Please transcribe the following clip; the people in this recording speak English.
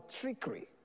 trickery